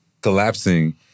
collapsing